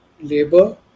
labor